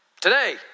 today